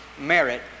merit